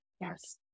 yes